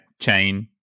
Chain